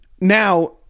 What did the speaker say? now